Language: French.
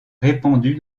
répandue